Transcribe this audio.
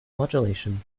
modulation